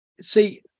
See